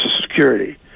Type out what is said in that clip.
Security